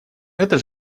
это